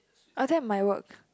I've don't have my work